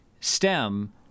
STEM